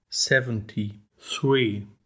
Seventy-three